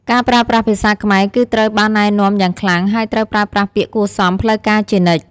ការប្រើប្រាស់ភាសាខ្មែរគឺត្រូវបានណែនាំយ៉ាងខ្លាំង ហើយត្រូវប្រើប្រាស់ពាក្យគួរសមផ្លូវការជានិច្ច។